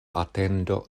atendo